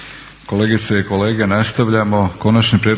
Kolegice i kolege nastavljamo sa radom.